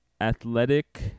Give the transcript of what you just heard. Athletic